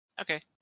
Okay